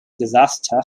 disaster